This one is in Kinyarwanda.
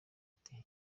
ati